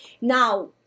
now